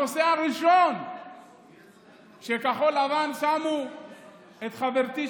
הנושא הראשון שכחול לבן שמו את חברתי,